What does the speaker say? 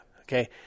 Okay